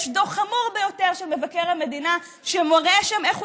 יש דוח חמור ביותר של מבקר המדינה שמראה איך הוא